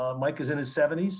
um mike is in his seventy s.